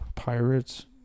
Pirates